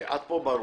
עד פה ברור.